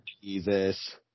Jesus